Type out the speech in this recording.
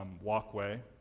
walkway